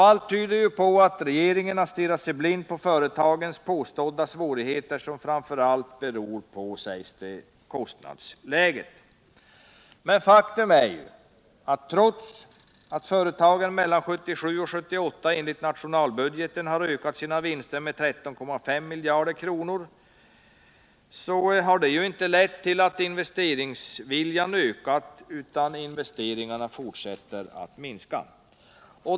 Allt tyder på att regeringen har stirrat sig blind på företagens påstådda svårigheter, som framför allt uppges bero på kostnadsläget. Men faktum är att trots att företagen mellan 1977 och 1978 enligt nationalbudgeten ökat sina vinster med tillsammans 13,5 miljarder kr., har det inte lett till att investeringsviljan ökat, utan investeringarna fortsätter att minska.